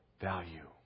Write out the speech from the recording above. value